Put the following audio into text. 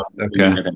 Okay